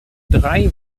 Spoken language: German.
drei